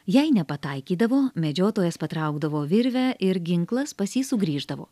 jei nepataikydavo medžiotojas patraukdavo virvę ir ginklas pas jį sugrįždavo